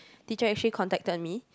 teacher actually contacted me